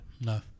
No